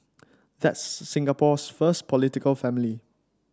that's Singapore's first political family